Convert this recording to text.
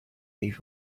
leave